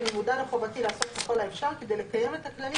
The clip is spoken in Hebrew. אני מודע לחובתי לעשות ככל האפשר כדי לקיים את הכללים